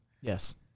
yes